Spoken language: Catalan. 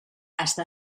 està